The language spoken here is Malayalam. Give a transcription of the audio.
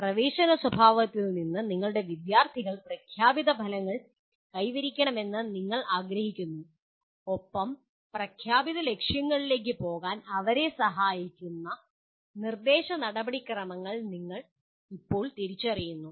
പ്രവേശന സ്വഭാവത്തിൽ നിന്ന് നിങ്ങളുടെ വിദ്യാർത്ഥികൾ പ്രഖ്യാപിത ലക്ഷ്യങ്ങൾ കൈവരിക്കണമെന്ന് നിങ്ങൾ ആഗ്രഹിക്കുന്നു ഒപ്പം പ്രഖ്യാപിത ലക്ഷ്യങ്ങളിലേക്ക് പോകാൻ അവരെ സഹായിക്കുന്ന നിർദ്ദേശ നടപടിക്രമങ്ങൾ നിങ്ങൾ ഇപ്പോൾ തിരിച്ചറിയുന്നു